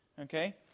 Okay